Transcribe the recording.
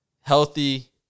Healthy